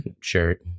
shirt